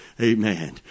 Amen